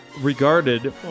regarded